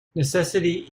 necessity